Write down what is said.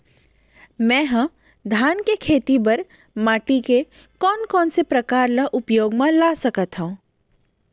मै ह धान के खेती बर माटी के कोन कोन से प्रकार ला उपयोग मा ला सकत हव?